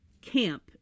camp